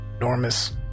enormous